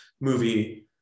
movie